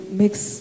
makes